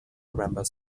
remember